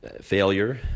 failure